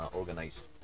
organized